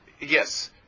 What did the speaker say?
yes